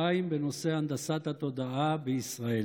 2 בנושא הנדסת התודעה בישראל.